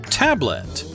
tablet